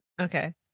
Okay